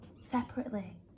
separately